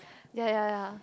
ya ya ya